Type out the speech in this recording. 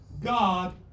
God